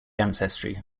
ancestry